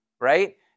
right